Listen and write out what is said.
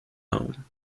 home